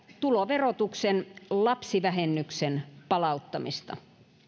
tuloverotuksen lapsivähennyksen palauttamisesta